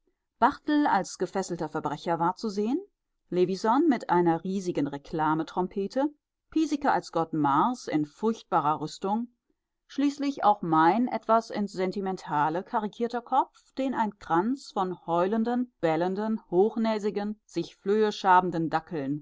barthel als gefesselter verbrecher war zu sehen levisohn mit einer riesigen reklametrompete piesecke als gott mars in furchtbarer rüstung schließlich auch mein etwas ins sentimentale karikierter kopf den ein kranz von heulenden bellenden hochnäsigen sich flöhe schabenden dackeln